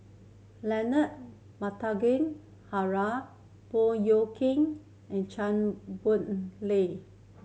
Leonard Montague Harrod Baey Yam Keng and Chua Boon Lay